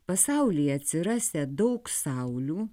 pasaulyje atsirasią daug saulių